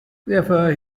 therefore